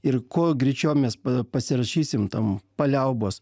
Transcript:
ir kuo greičiau mes pasirašysim tam paliaubos